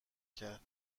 کرد